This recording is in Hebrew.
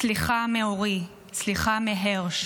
סליחה מאורי, סליחה מהירש,